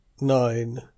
nine